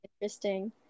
interesting